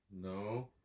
No